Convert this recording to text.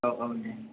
औ औ दे